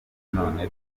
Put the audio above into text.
none